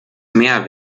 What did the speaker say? meer